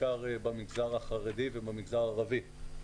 בעיקר במגזר החרדי ובמגזר הערבי.